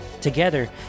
Together